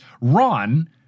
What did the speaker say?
Ron